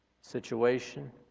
situation